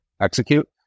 execute